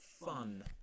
fun